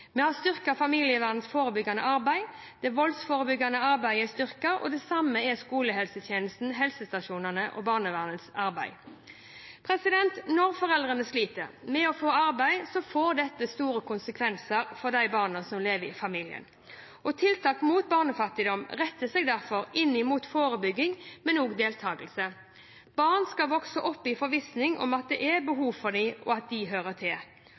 Vi har styrket familievernets forebyggende arbeid, det voldsforbyggende arbeidet er styrket, det samme er skolehelsetjenesten, helsestasjonene og barnevernets arbeid. Når foreldrene sliter med å få arbeid, får dette store konsekvenser for de barna som lever i familien. Tiltak mot barnefattigdom retter seg derfor inn mot forebygging, men også deltakelse. Barn skal vokse opp i forvissning om at det er behov for dem, og at de hører til.